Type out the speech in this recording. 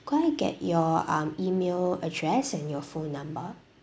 could I get your um email address and your phone number